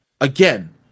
again